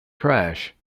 crash